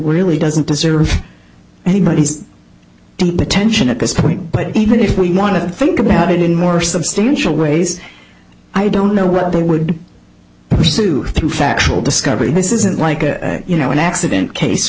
really doesn't deserve anybody's attention at this point but even if we want to think about it in more substantial ways i don't know what they would pursue through factual discovery this isn't like a you know an accident case